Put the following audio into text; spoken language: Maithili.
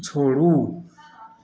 छोड़ू